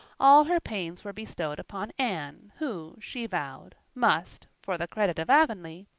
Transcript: all her pains were bestowed upon anne, who, she vowed, must, for the credit of avonlea,